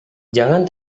jangan